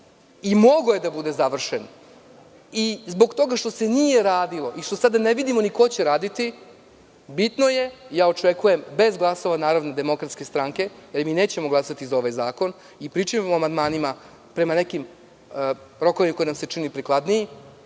i mogao je da bude završen. Zbog toga što se nije radilo i što sada ne vidimo ko će raditi, bitno je, očekujem, bez glasova DS jer mi nećemo glasati za ovaj zakon i pričanjem o amandmanima, prema nekim rokovima koji nam se čine prikladnijim,